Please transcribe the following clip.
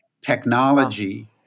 technology